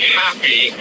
happy